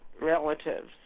relatives